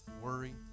worry